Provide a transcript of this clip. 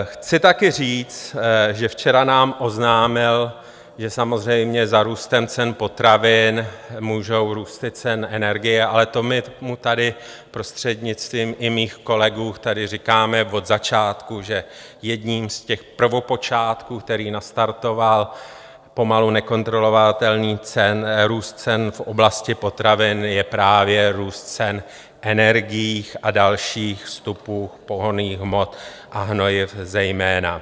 Chci taky říct, že včera nám oznámil, že samozřejmě za růst cen potravin můžou růsty cen energie, ale to my mu tady prostřednictvím i mých kolegů říkáme od začátku, že jedním z těch prvopočátků, který nastartoval pomalu nekontrolovatelný růst cen v oblasti potravin, je právě růst cen energií a dalších vstupů, pohonných hmot a hnojiv zejména.